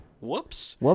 Whoops